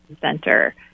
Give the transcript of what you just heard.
center